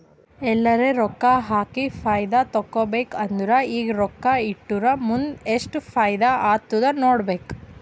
ಎಲ್ಲರೆ ರೊಕ್ಕಾ ಹಾಕಿ ಫೈದಾ ತೆಕ್ಕೋಬೇಕ್ ಅಂದುರ್ ಈಗ ರೊಕ್ಕಾ ಇಟ್ಟುರ್ ಮುಂದ್ ಎಸ್ಟ್ ಫೈದಾ ಆತ್ತುದ್ ನೋಡ್ಬೇಕ್